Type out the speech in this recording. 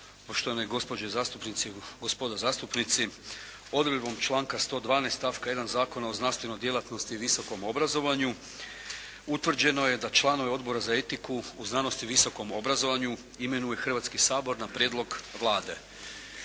poštovane gospođe zastupnici, gospodo zastupnici. Odredbom članka 112. stavka 1. Zakona o znanstvenoj djelatnosti i visokom obrazovanju utvrđeno je da članovi Odbora za etiku u znanosti i visokom obrazovanju imenuje Hrvatski sabor na prijedlog Vlade.